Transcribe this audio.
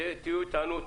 תהיו איתנו.